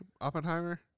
Oppenheimer